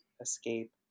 escape